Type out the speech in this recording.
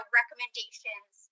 recommendations